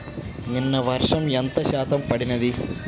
నిన్న వర్షము ఎంత శాతము పడినది?